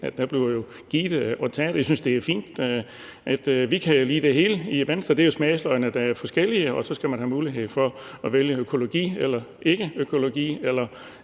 – der bliver givet og taget. Jeg synes, det er fint. Vi kan lide det hele i Venstre – smagsløgene er forskellige, og så skal man skal have mulighed for at vælge økologi eller ikke vælge økologi eller